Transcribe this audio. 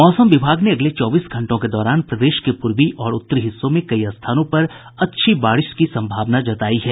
मौसम विभाग ने अगले चौबीस घंटों के दौरान प्रदेश के पूर्वी और उत्तरी हिस्सों में कई स्थानों पर अच्छी बारिश की संभावना जतायी है